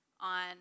on